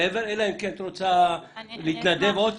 אלא אם כן את רוצה להתנדב עוד.